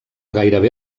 gairebé